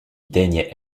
daigne